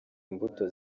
imbuto